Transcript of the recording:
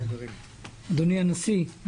אדוני הנשיא,